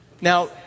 Now